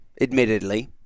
admittedly